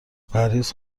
پرهیز